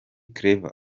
clever